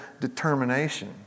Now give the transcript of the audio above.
determination